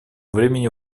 времени